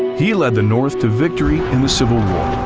he led the north to victory in the civil war,